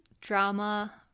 drama